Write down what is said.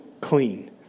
clean